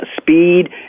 speed